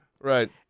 right